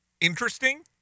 interesting